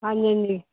ਹਾਂਜੀ ਹਾਂਜੀ